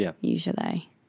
usually